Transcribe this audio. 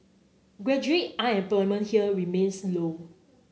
graduate unemployment here remains low